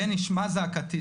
"בני, שמע את זעקתי.